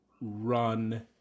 run